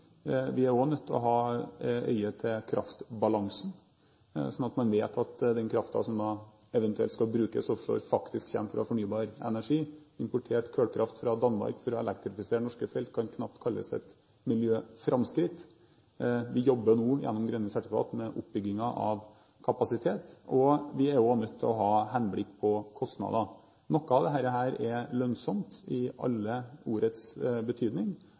Vi er også nødt til å holde øye med kraftbalansen, slik at man vet at den kraften som eventuelt skal brukes offshore, faktisk kommer fra fornybar energi. Importert kullkraft fra Danmark for å elektrifisere norske felt kan knapt kalles et miljøframskritt. Vi jobber nå, gjennom grønne sertifikater, med oppbyggingen av kapasitet, og vi er også nødt til å ha et blikk på kostnader. Noe av dette er lønnsomt, i alle ordets